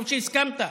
טוב שהסכמת,